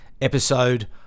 episode